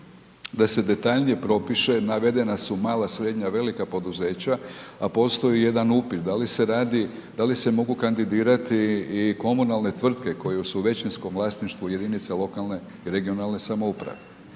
da se detaljnije propiše, navedena su mala, srednja, velika poduzeća, a postoji jedan upit da li se radi, da li se mogu kandidirati i komunalne tvrtke koje su u većinskom vlasništvu jedinica lokalne i regionalne samouprave.